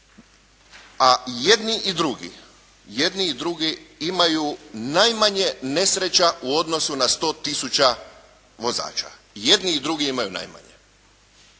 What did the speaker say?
a jedni i drugi imaju najmanje nesreća u odnosu na 100 tisuća vozača, i jedni i drugi imaju najmanje.